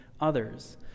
others